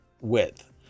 width